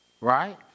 right